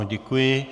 Děkuji.